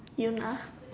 Yoona